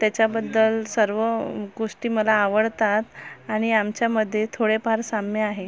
त्याच्याबद्दल सर्व गोष्टी मला आवडतात आणि आमच्यामध्ये थोडे फार साम्य आहे